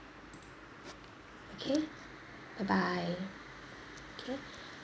okay bye bye okay